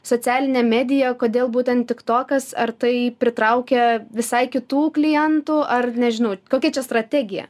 socialinė medija kodėl būtent tik tokas ar tai pritraukia visai kitų klientų ar nežinau kokia čia strategija